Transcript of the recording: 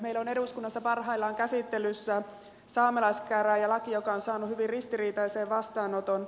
meillä on eduskunnassa parhaillaan käsittelyssä saamelaiskäräjälaki joka on saanut hyvin ristiriitaisen vastaanoton